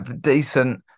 decent